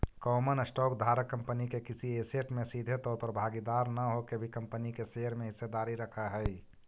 common stock धारक company के किसी ऐसेट में सीधे तौर पर भागीदार न होके भी कंपनी के शेयर में हिस्सेदारी रखऽ हइ